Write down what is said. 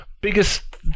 biggest